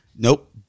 Nope